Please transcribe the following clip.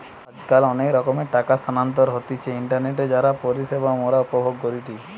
আজকাল অনেক রকমের টাকা স্থানান্তর হতিছে ইন্টারনেটে যার পরিষেবা মোরা উপভোগ করিটি